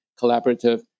collaborative